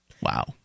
Wow